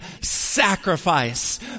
sacrifice